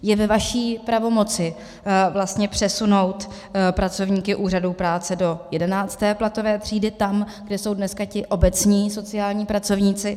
Je ve vaší pravomoci přesunout pracovníky úřadů práce do 11. platové třídy tam, kde jsou dneska ti obecní sociální pracovníci?